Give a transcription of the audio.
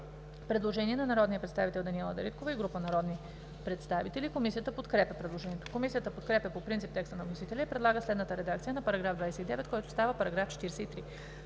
предложение от народния представител Даниела Дариткова и група народни представители. Комисията подкрепя предложението. Комисията подкрепя по принцип текста на вносителя и предлага следната редакция на § 30, който става § 44: „§ 44.